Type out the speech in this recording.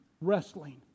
wrestling